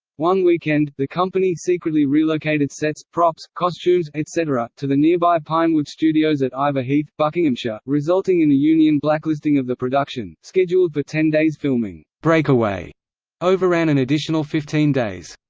one weekend, the company secretly relocated sets, props, costumes, etc, to the nearby pinewood studios at iver heath, buckinghamshire, resulting in a union blacklisting of the production scheduled for ten days' filming, breakaway overran an additional fifteen days.